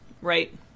Right